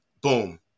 boom